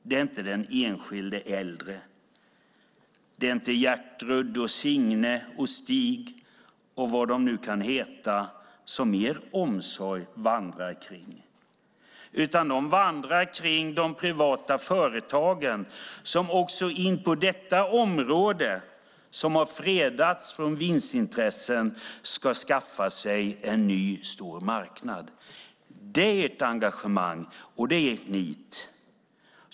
Det är inte den enskilde äldre - inte Gertrud, Signe, Stig och vad de nu kan heta - som er omsorg handlar om, utan den handlar om de privata företagen som också på detta område, som har fredats från vinstintressen, ska skaffa sig en ny stor marknad. Det är ert engagemang och ert nit.